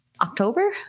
October